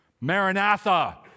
Maranatha